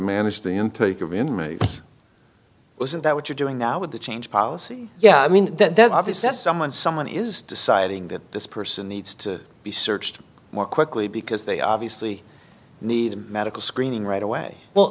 manage the intake of inmate isn't that what you're doing now with the change policy yeah i mean that's obvious that someone someone is deciding that this person needs to be searched more quickly because they obviously need medical screening right away well